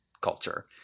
culture